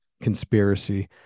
conspiracy